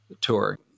Tour